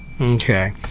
Okay